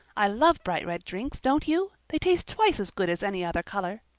i love bright red drinks, don't you? they taste twice as good as any other color.